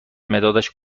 مدادش